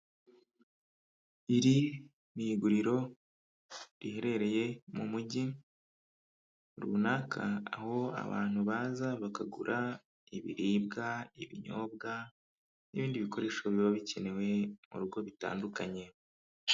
Iri ni iguriro riherereye mu mujyi runaka, aho abantu baza bakagura ibiribwa, ibinyobwa, n'ibindi bikoresho biba bikenewe mu rugo bitandukanye.